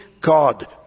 God